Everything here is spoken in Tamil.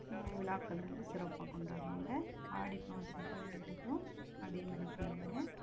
விழாக்கள் வந்து சிறப்பாக கொண்டாடுவாங்க ஆடி மாதம் பதினெட்டுக்கும் அதேமாரி செய்வாங்க